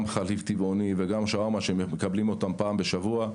חליף טבעוני ושווארמה שמקבלים פעם בשבוע.